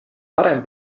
varem